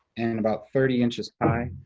and about thirty inches high.